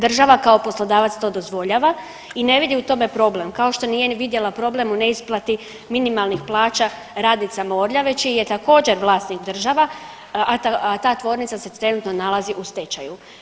Država kao poslodavac to dozvoljava i ne vidi u tome problem kao što nije ni vidjela problem u neisplati minimalnih plaća radnicama Orljave čiji je također vlasnik država, a ta tvornica se trenutno nalazi u stečaju.